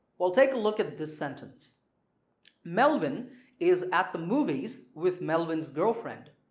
well take a look at this sentence melvin is at the movies with melvin's girlfriend.